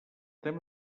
tema